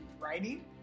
writing